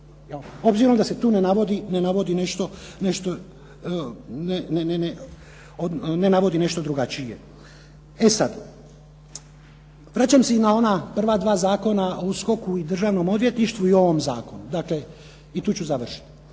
obzirom da se tu ne navodi nešto drugačije. E sad, vraćam se i na ona prva dva Zakona o USKOK-u i o Državnom odvjetništvu i ovom zakonu i tu ću završiti.